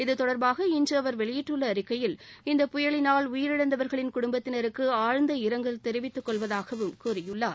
இதுதொடர்பாக இன்று அவர் வெளியிட்டுள்ள அறிக்கையில் இந்த புயலினால் உயிரிழந்தவர்களின் குடும்பத்தினருக்கு ஆழ்ந்த இரங்கல் தெரிவித்துக் கொள்வதாகவும் கூறியுள்ளார்